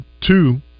two